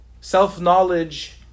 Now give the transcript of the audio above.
Self-knowledge